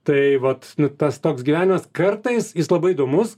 tai vat tas toks gyvenimas kartais jis labai įdomus